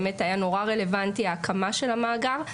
באמת היה נורא רלוונטי ההקמה של המאגר.